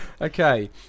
Okay